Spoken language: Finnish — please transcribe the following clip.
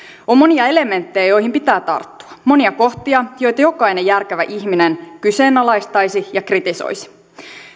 on monia elementtejä joihin pitää tarttua monia kohtia joita jokainen järkevä ihminen kyseenalaistaisi ja kritisoisi